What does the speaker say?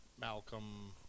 Malcolm